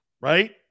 Right